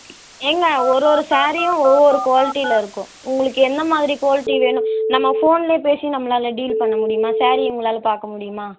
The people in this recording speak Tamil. ஏங்க ஒரு ஒரு சேரீயும் ஒரு ஒரு குவாலிட்டியில் இருக்கும் உங்களுக்கு என்னமாதிரி குவாலிட்டி வேணும் நம்ம ஃபோனிலே பேசி நம்மளால் டீல் பண்ண முடியுமா சேரீயை உங்களால் பார்க்க முடியுமா